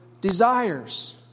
desires